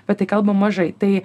apie tai kalba mažai tai